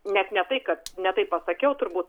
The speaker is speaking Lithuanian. net ne tai kad ne taip pasakiau turbūt